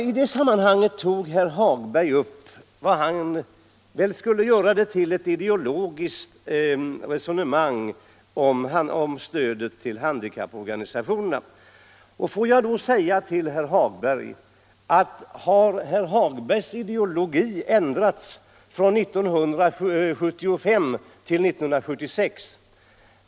I det sammanhanget tog herr Hagberg upp vad han ville göra till ett ideologiskt resonemang om stödet till handikapporganisationerna. Har herr Hagbergs ideologi ändrats från 1975 till 1976?